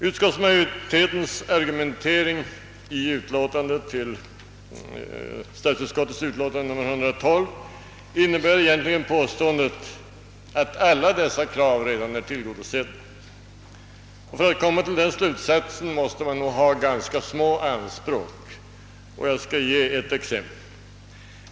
Utskottsmajoritetens argumentering i statsutskottets utlåtande nr 112 innebär egentligen påståendet att alla dessa krav redan är tillgodosedda. För att komma till denna slutsats måste man nog ha ganska små anspråk. Jag skall ge ett exempel.